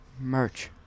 Merch